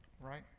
right